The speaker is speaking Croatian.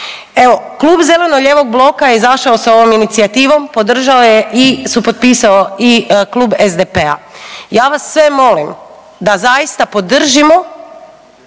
zastupnika zeleno-lijevog bloka je izašao sa ovom inicijativom, podržao je i supotpisao i Klub SDP-a. Ja vas sve molim da zaista podržimo,